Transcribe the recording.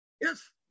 Yes